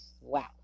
wow